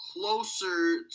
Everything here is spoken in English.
closer